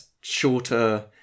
shorter